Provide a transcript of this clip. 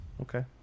Okay